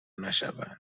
نشوند